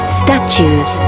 statues